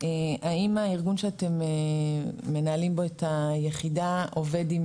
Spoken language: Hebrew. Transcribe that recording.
האם הארגון שאתם מנהלים בו את היחידה עובד עם